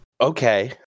Okay